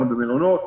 כמה במלונות.